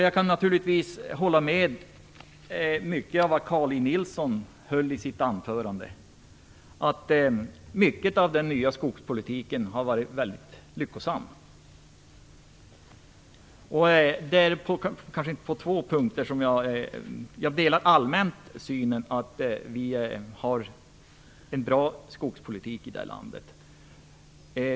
Jag kan naturligtvis hålla med om mycket av det som Carl G Nilsson sade i sitt anförande, t.ex. att mycket av den nya skogspolitiken har varit mycket lyckosam. Jag delar allmänt synen att vi har en bra skogspolitik i det här landet.